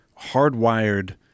hardwired